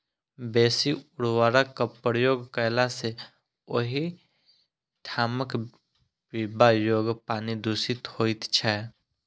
बेसी उर्वरकक प्रयोग कयला सॅ ओहि ठामक पीबा योग्य पानि दुषित होइत छै